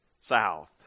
south